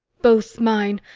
both mine,